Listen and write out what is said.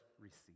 receive